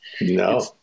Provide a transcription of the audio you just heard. no